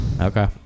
Okay